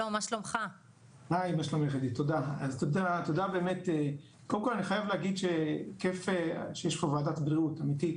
קודם כל אני חייב להגיד שכיף שיש פה ועדת בריאות אמיתית,